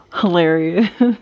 hilarious